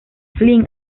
flynn